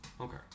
Okay